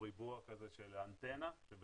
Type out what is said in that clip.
ריבוע כזה של אנטנה שהוא